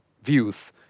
views